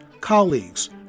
colleagues